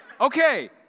Okay